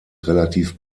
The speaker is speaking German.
relativ